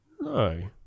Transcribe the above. no